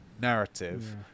narrative